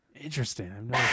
Interesting